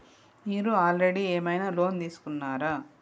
మీరు ఆల్రెడీ ఏమైనా లోన్ తీసుకున్నారా?